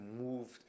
moved